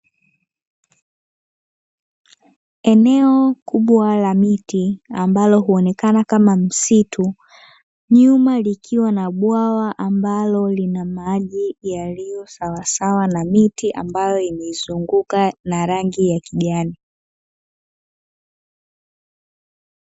Eneo kubwa la miti ambalo huonekana kama msitu, nyuma likiwa na bwawa ambalo lina maji yaliyo sawasawa na miti ambayo imeizunguka na rangi ya kijani.